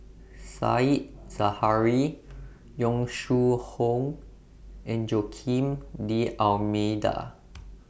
Said Zahari Yong Shu Hoong and Joaquim D'almeida